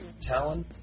Talon